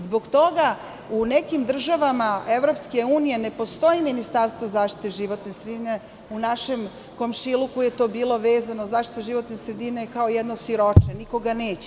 Zbog toga u nekim državama EU ne postoji Ministarstvo zaštite životne sredine, u našem komšiluku je to bilo vezano za zaštitu životne sredine kao jedno siroče, niko ga neće.